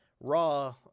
Raw